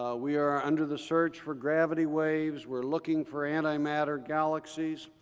ah we are under the search for gravity waves. we're looking for antimatter galaxies.